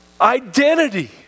identity